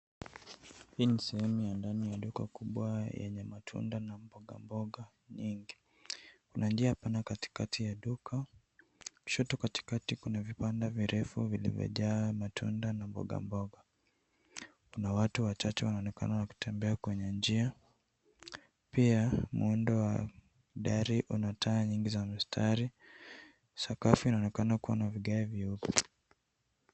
Hii ni sehemu ya ndani ya duka kubwa yenye matunda na mboga mboga nyingi. Kuna njia pana katikati ya duka, kushoto katikati kuna vibanda virefu vilivyojaa matunda na mboga mboga. Kuna watu wachache wanaonekana wakitembea kwenye njia, pia muundo wa dari una taa nyingi za mstari, sakafu inaonekana kuwa na vigae vyeupe.